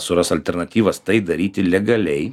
suras alternatyvas tai daryti legaliai